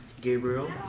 Gabriel